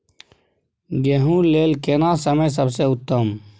गेहूँ लेल केना समय सबसे उत्तम?